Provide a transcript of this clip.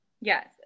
yes